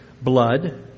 blood